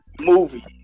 movie